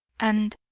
and,